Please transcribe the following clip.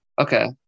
Okay